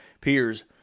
peers